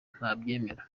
ntabyemera